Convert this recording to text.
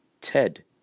Ted